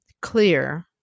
clear